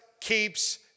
keeps